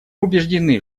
убеждены